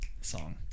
song